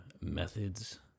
methods